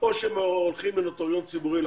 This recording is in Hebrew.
או שהם הולכים לנוטריון ציבורי לחתום.